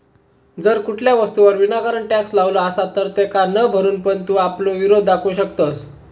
जर कुठल्या वस्तूवर विनाकारण टॅक्स लावलो असात तर तेका न भरून पण तू आपलो विरोध दाखवू शकतंस